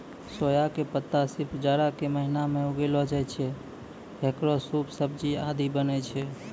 सोया के पत्ता सिर्फ जाड़ा के महीना मॅ उगैलो जाय छै, हेकरो सूप, सब्जी आदि बनै छै